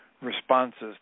responses